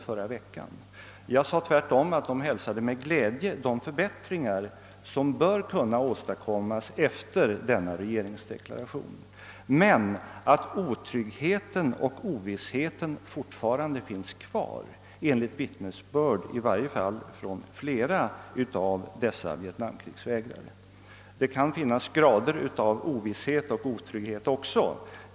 Tvärtom sade jag att de med glädje hälsade de förbättringar som bör kunna åstadkommas efter regeringsdeklarationen men att otryggheten och ovissheten fortfarande finns kvar, detta enligt vittnesbörd i varje fall från flera av dessa vietnamkrigsvägrare. Det kan finnas olika grader av ovisshet och otrygghet också.